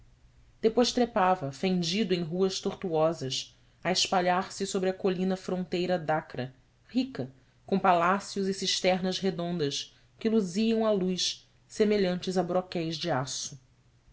depois trepava fendido em ruas tortuosas a espalhar se sobre a colina fronteira de acra rica com palácios e cisternas redondas que luziam à luz semelhantes a broquéis de aço